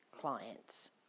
clients